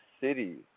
cities